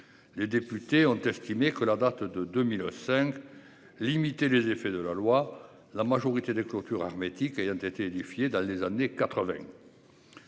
Les députés ont estimé que la date de 2005. Limiter les effets de la loi. La majorité des clôtures éthique ayant été édifié dans les années 80.